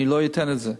אני לא אתן את זה.